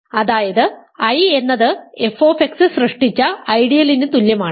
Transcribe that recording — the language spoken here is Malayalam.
അതായത് I എന്നത് f സൃഷ്ടിച്ച ഐഡിയലിന് തുല്യമാണ്